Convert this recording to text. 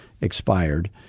expired